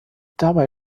dabei